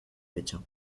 pecho